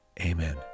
Amen